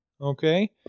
Okay